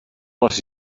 les